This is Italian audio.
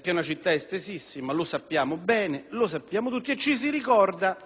che è una città estesissima (lo sappiamo bene tutti); ci si ricorda